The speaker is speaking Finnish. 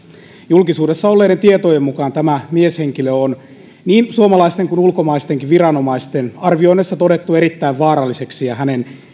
julkisuudessa olleiden tietojen mukaan tämä mieshenkilö on niin suomalaisten kuin ulkomaistenkin viranomaisten arvioinneissa todettu erittäin vaaralliseksi ja hänen